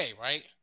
right